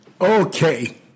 Okay